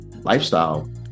lifestyle